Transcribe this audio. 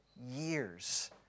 years